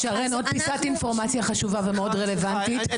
שרן, עוד פיסת אינפורמציה חשובה ומאוד רלוונטית.